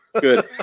good